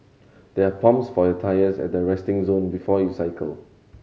there are pumps for your tyres at the resting zone before you cycle